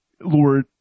Lord